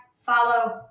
follow